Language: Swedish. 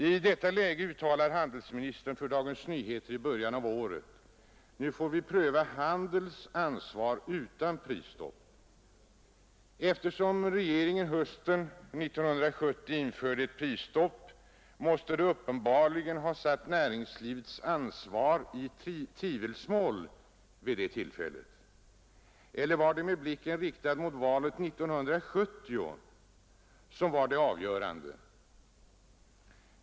I detta läge uttalar handelsministern för Dagens Nyheter i början av detta år att vi nu skall pröva handelns ansvar utan prisstopp. Eftersom regeringen hösten 1970 införde ett prisstopp, måste den uppenbarligen ha satt näringslivets ansvar i tvivelsmål vid det tillfället. Var det det förhållandet att man hade blicken riktad mot valet 1970 som var avgörande?